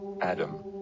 Adam